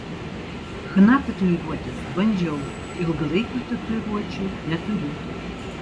chna tatuiruotes bandžiau ilgalaikių tatuiruočių neturiu